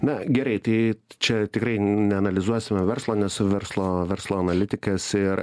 na gerai tai čia tikrai neanalizuosime verslo nesu verslo verslo analitikas ir